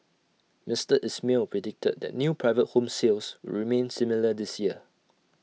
Mister Ismail predicted that new private home sales remain similar this year